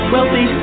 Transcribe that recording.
Wealthy